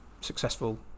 successful